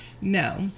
no